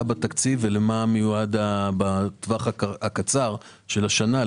בתקציב ולמה מיועדים הכספים בטווח הקצר של השנה.